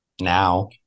now